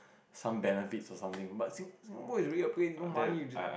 some benefits or something but Sin~ Singapore is really a place no money you just